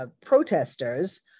protesters